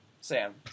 Sam